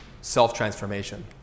self-transformation